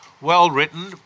well-written